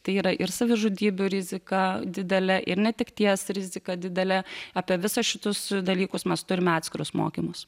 tai yra ir savižudybių rizika didelė ir netekties rizika didelė apie visą šituos dalykus mes turime atskirus mokymus